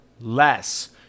less